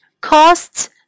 costs